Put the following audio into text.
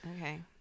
Okay